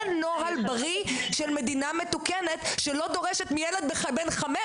זה נוהל בריא של מדינה מתוקנת שלא דורשת מילד בן 5,